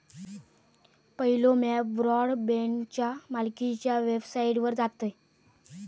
पयलो म्या ब्रॉडबँडच्या मालकीच्या वेबसाइटवर जातयं